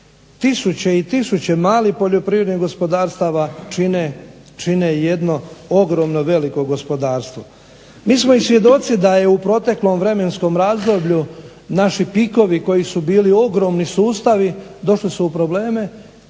tisuće, i tisuće malih poljoprivrednih gospodarstava čine jedno ogromno, veliko gospodarstvo. Mi smo i svjedoci da je u proteklom vremenskom razdoblju naši pikovi koji su bili ogromni sustavi, došli su u probleme